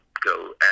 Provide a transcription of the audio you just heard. go